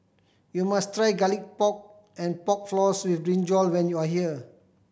you must try Garlic Pork and Pork Floss with brinjal when you are here